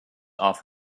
off